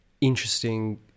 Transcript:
interesting